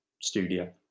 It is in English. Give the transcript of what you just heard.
studio